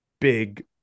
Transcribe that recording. big